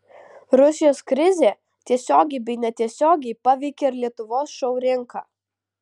rusijos krizė tiesiogiai bei netiesiogiai paveikė ir lietuvos šou rinką